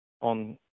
on